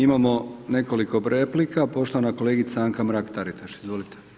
Imamo nekoliko replika, poštovana kolegica Anka Mrak Taritaš, izvolite.